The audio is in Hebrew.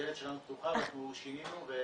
הדלת שלנו פתוחה ואנחנו שינינו ו